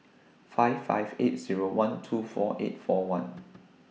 five five eight Zero one two four eight four one